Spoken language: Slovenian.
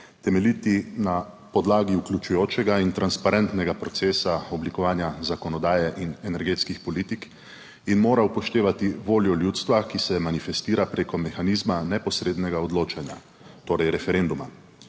temeljiti na podlagi vključujočega in transparentnega procesa. 6. TRAK: (SC) – 14.25 (nadaljevanje) oblikovanja zakonodaje in energetskih politik. In mora upoštevati voljo ljudstva, ki se manifestira preko mehanizma neposrednega odločanja torej referenduma.